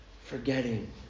forgetting